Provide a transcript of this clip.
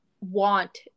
want